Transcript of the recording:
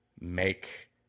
make